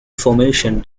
formation